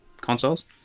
consoles